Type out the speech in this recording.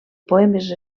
poemes